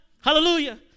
Hallelujah